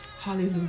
Hallelujah